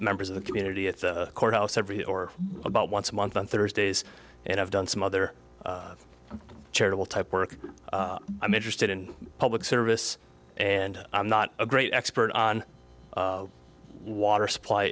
members of the community at the courthouse every day or about once a month on thursdays and i've done some other charitable type work i'm interested in public service and i'm not a great expert on water supply